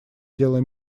дела